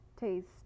taste